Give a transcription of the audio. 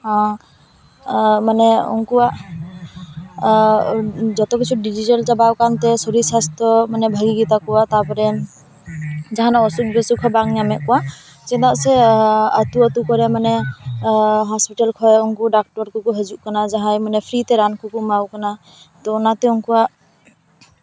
ᱢᱟᱱᱮ ᱩᱱᱠᱩᱣᱟᱜ ᱡᱚᱛᱚ ᱠᱤᱪᱷᱩ ᱰᱤᱡᱤᱴᱟᱞ ᱪᱟᱵᱟᱣ ᱟᱠᱟᱱ ᱛᱮ ᱥᱚᱨᱤᱨ ᱥᱟᱥᱛᱷᱚ ᱢᱟᱱᱮ ᱵᱷᱟᱹᱜᱮ ᱜᱮᱛᱟ ᱠᱚᱭᱟ ᱛᱟᱯᱚᱨᱮ ᱡᱟᱦᱟᱱᱟᱜ ᱚᱥᱩᱠ ᱵᱮᱥᱩᱠ ᱦᱚᱸ ᱵᱟᱝ ᱧᱟᱢᱮᱫ ᱠᱚᱣᱟ ᱪᱮᱫᱟᱜ ᱥᱮ ᱟᱛᱳ ᱟᱛᱳ ᱠᱚᱨᱮ ᱢᱟᱱᱮ ᱦᱳᱥᱯᱤᱴᱟᱞ ᱠᱷᱚᱱ ᱩᱱᱠᱩ ᱰᱟᱠᱛᱚᱨ ᱠᱚᱠᱚ ᱦᱤᱡᱩᱜ ᱠᱟᱱᱟ ᱡᱟᱦᱟᱸᱭ ᱢᱟᱱᱮ ᱯᱷᱨᱤ ᱛᱮ ᱨᱟᱱ ᱠᱚᱠᱚ ᱮᱢᱟ ᱟᱠᱚ ᱠᱟᱱᱟ ᱛᱳ ᱚᱱᱟᱛᱮ ᱩᱠᱩᱣᱟᱜ